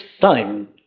time